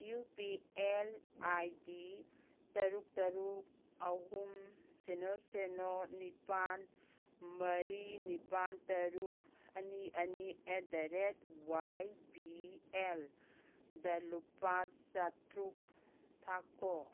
U P L I D ꯇꯔꯨꯛ ꯇꯔꯨꯛ ꯑꯍꯨꯝ ꯁꯦꯅꯣ ꯁꯦꯅꯣ ꯅꯤꯄꯥꯟ ꯃꯔꯤ ꯅꯤꯄꯥꯜ ꯇꯔꯨꯛ ꯑꯅꯤ ꯑꯅꯤ at the rate Y B ꯑꯦꯜꯗ ꯂꯨꯄꯥ ꯆꯥꯇ꯭ꯔꯨꯛ ꯊꯥꯈꯣ